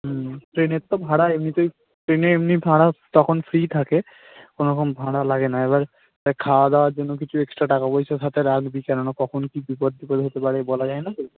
হুম ট্রেনের তো ভাড়া এমনিতেই ট্রেনে এমনি ভাড়া তখন ফ্রি থাকে কোনোরকম ভাড়া লাগে না এবার এ খাওয়া দাওয়ার জন্য কিছু এক্সট্রা টাকা পয়সা সাথে রাখবি কেননা কখন কি বিপদ টিপদ হতে পারে বলা যায় না তো